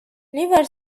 never